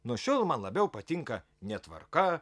nuo šiol man labiau patinka netvarka